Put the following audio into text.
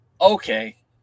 Okay